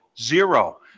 Zero